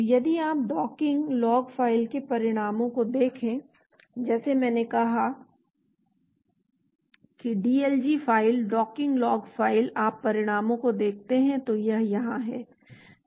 तो यदि आप डॉकिंग लॉग फ़ाइल के परिणामों को देखें जैसे मैंने कहा कि DLG file docking log file आप परिणामों को देखते हैं तो यह यहां है